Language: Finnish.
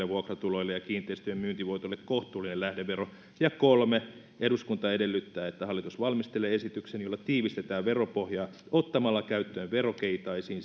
vuokratuloille ja kiinteistöjen myyntivoitolle kohtuullinen lähdevero kolme eduskunta edellyttää että hallitus valmistelee esityksen jolla tiivistetään veropohjaa ottamalla käyttöön verokeitaisiin